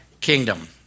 kingdom